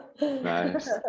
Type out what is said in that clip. Nice